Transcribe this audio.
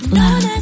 love